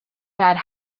bad